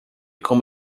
como